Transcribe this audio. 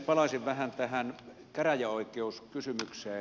palaisin vähän tähän käräjäoikeuskysymykseen